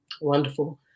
Wonderful